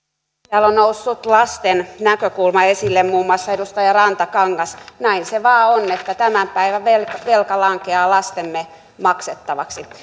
täällä on noussut lasten näkökulma esille muun muassa edustaja rantakangas näin se vain on että tämän päivän velka velka lankeaa lastemme maksettavaksi